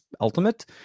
ultimate